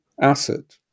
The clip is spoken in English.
acid